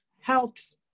health